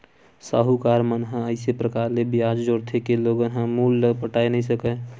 साहूकार मन ह अइसे परकार ले बियाज जोरथे के लोगन ह मूल ल पटाए नइ सकय